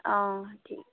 অঁ ঠিক